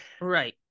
Right